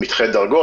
מתחי דרגות,